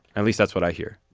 at least that's what i hear.